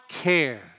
care